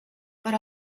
but